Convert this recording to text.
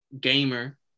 gamer